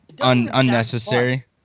unnecessary